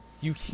You-